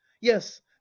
yes